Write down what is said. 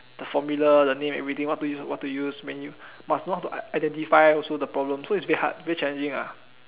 the formula the name and everything what to use what to use when you must know how to identify also the problem so it's a bit hard a bit challenging ah